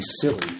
silly